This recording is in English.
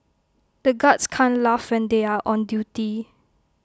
the guards can't laugh when they are on duty